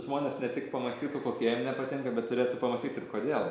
žmonės ne tik pamąstytų kokie jiem nepatinka bet turėtų pamąstyt ir kodėl